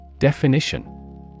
Definition